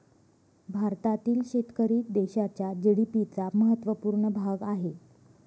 भारतातील शेतकरी देशाच्या जी.डी.पी चा महत्वपूर्ण भाग आहे